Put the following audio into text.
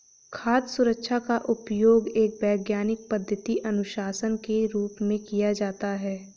खाद्य सुरक्षा का उपयोग एक वैज्ञानिक पद्धति अनुशासन के रूप में किया जाता है